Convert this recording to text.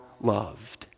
loved